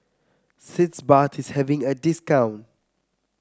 Sitz Bath is having a discount